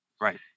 Right